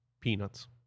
Peanuts